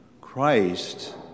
Christ